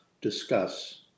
discuss